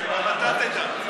גם אתה תדע.